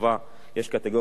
יש קטגוריות של גילאים,